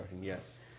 yes